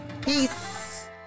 Peace